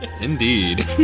Indeed